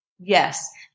Yes